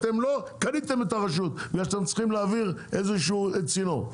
אתם לא קניתם את הרשות ואתם צריכים להעביר איזשהו צינור.